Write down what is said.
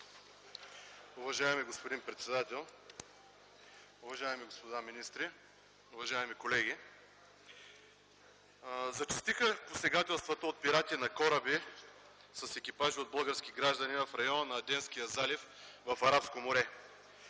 Уважаеми господин председател, уважаеми господа министри, уважаеми колеги! Зачестиха посегателствата от пирати на кораби с екипажи от български граждани в района на Аденския залив в Арабско море.